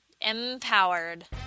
empowered